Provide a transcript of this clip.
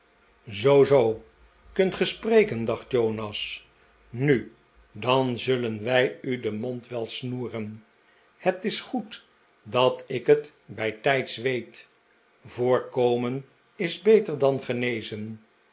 zoo zoo kunt ge spreken dacht jonas nu dan zullen wij u den mond wel snoeren het is goed dat ik het bijtijds weet voorkomen is beter dan genezen